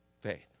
Faith